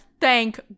thank